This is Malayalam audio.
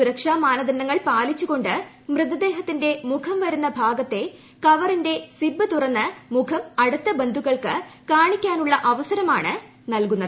സുരക്ഷാ മാനദണ്ഡങ്ങൾ പാലിച്ചുകൊണ്ട് മൃത ദേഹത്തിന്റെ മുഖം വരുന്ന ഭാഗത്ത കവറിന്റെ സിബ് തുറന്ന് മുഖം അടുത്ത ബന്ധുക്കൾ കാണാനുള്ള അവസരമാണ് നൽകുന്നത്